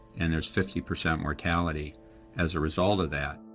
and there's fifty percent mortality as a result of that.